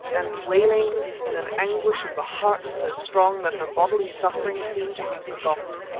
and wailing in an anguish of the heart so strong that her bodily suffering seemed to be forgotten,